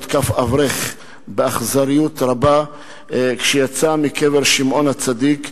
הותקף אברך באכזריות רבה כשיצא מקבר שמעון הצדיק.